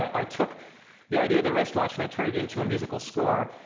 i took the idea of the wristwatch, and i turned it into a musical score.